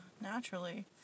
naturally